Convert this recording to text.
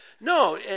No